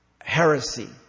heresy